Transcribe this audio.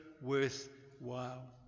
worthwhile